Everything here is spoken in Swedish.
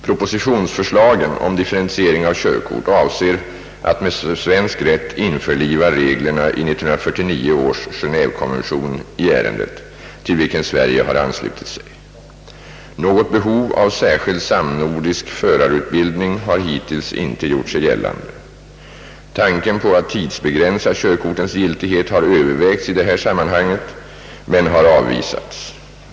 Propositionsförslagen om differentiering av körkort avser att med svensk rätt införliva reglerna i 1949 års Geneévekonvention i ärendet, till vilken Sverige har anslutit sig. Något behov av särskild samnordisk förarutbildning har hittills inte gjort sig gällande. Tanken på att tidsbegränsa körkortens giltighet har övervägts i detta sammanhang men har avvisats.